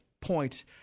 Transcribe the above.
point